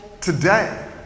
today